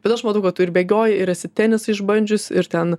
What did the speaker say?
bet aš matau kad tu ir bėgioji ir esi tenisą išbandžius ir ten